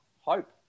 Hope